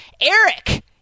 Eric